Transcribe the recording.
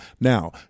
Now